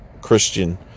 Christian